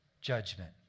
judgment